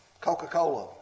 Coca-Cola